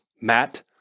Matt